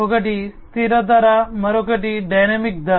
ఒకటి స్థిర ధర మరొకటి డైనమిక్ ధర